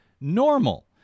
normal